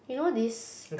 you know this